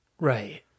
right